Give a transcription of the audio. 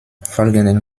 folgenden